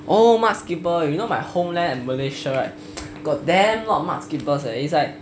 oh mudskipper you know my homeland at malaysia right got damn a lot of mudskippers eh it's like